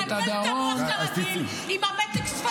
הוא מבלבל את המוח כרגיל עם מתק השפתיים שלו.